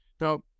Now